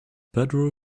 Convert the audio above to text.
pedro